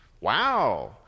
Wow